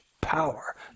power